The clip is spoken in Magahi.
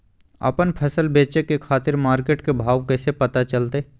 आपन फसल बेचे के खातिर मार्केट के भाव कैसे पता चलतय?